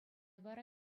вара